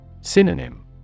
Synonym